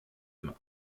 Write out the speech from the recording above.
main